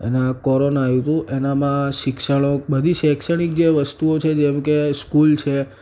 અને કોરોના આવ્યું હતું એનામાં શિક્ષણ બધી શૈક્ષણિક જે વસ્તુઓ છે જેમ કે સ્કૂલ છે